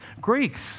Greeks